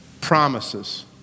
promises